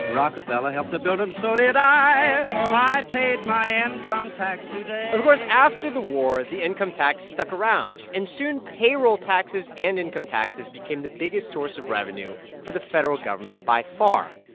rockefeller helped to build them. so did i. i paid my income um um tax today of course, after the war, the income tax stuck around. and soon, payroll taxes and income taxes became the biggest source of revenue for the federal government by far.